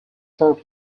fort